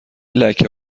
لکه